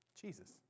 Jesus